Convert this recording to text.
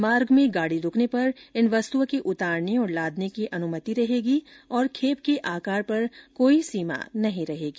मार्ग में गाड़ी रुकने पर इन वस्तुओं के उतारने और लादने की अनुमति रहेगी और खेप के आकार पर कोई सीमा नहीं रहेगी